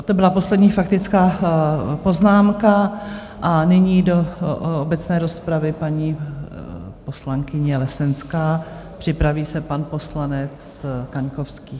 To byla poslední faktická poznámka a nyní do obecné rozpravy paní poslankyně Lesenská, připraví se pan poslanec Kaňkovský.